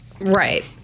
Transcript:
right